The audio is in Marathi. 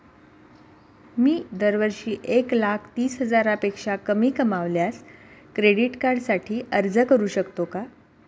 मी दरवर्षी एक लाख तीस हजारापेक्षा कमी कमावल्यास क्रेडिट कार्डसाठी अर्ज करू शकतो का?